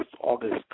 August